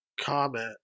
comment